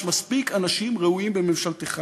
יש מספיק אנשים ראויים בממשלתך.